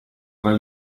tre